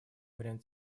вариант